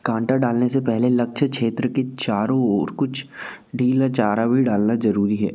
कांटा डालने से पहले लक्ष्य क्षेत्र के चारों ओर कुछ ढीला चारा वी डालना ज़रूरी है